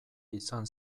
izan